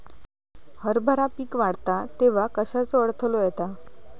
हरभरा पीक वाढता तेव्हा कश्याचो अडथलो येता?